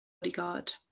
Bodyguard